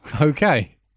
okay